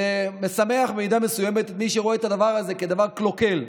זה משמח במידה מסוימת את מי שרואה את הדבר הזה כדבר קלוקל,